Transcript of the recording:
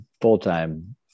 full-time